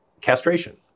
castration